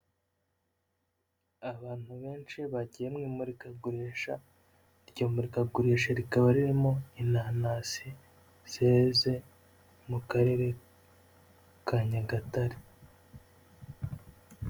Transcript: Abantu benshi bagiye mu imurikagurisha, iryo murikagurisha rikaba ririmo inanasi zeze mu Karere ka Nyagatare.